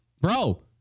Bro